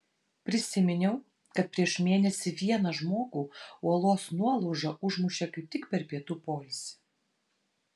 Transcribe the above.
prisiminiau kad prieš mėnesį vieną žmogų uolos nuolauža užmušė kaip tik per pietų poilsį